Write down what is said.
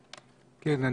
אבוטבול, בבקשה.